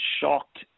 shocked